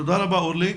תודה רבה, אורלי.